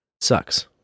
Sucks